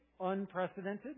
unprecedented